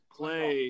play